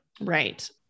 Right